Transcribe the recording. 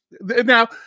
Now